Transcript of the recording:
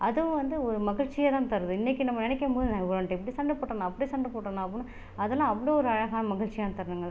அதுவும் வந்து ஒரு மகிழ்ச்சியை தான் தருது இன்றைக்கு நம்ம நினைக்கும் போது உன்ட்ட இப்படி சண்டை போட்டனா அப்படி சண்டை போட்டனா அப்படின்னு அதெலாம் அவ்வளோ ஒரு அழகான மகிச்சியான தருணங்கள்